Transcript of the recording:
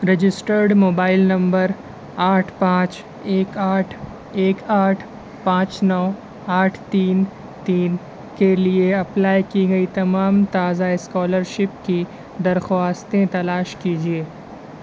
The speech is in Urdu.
رجسٹرڈ موبائل نمبر آٹھ پانچ ایک آٹھ ایک آٹھ پانچ نو آٹھ تین تین کے لیے اپلائی کی گئی تمام تازہ اسکالرشپ کی درخواستیں تلاش کیجیے